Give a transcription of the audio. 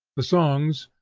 the songs,